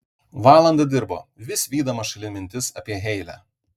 valandą dirbo vis vydamas šalin mintis apie heile